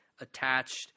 attached